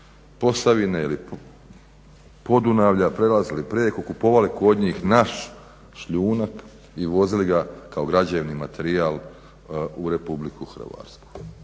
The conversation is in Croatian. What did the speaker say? Posavine ili Podunavlja prelazili preko, kupovali kod njih naš šljunak i vozili ga kao građevni materijal u Republiku Hrvatsku.